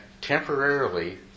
temporarily